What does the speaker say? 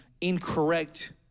incorrect